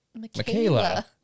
Michaela